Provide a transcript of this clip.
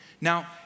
Now